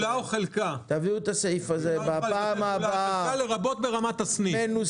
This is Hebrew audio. הפעילות כולה או חלקה, לרבות ברמת הסניף.